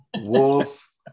wolf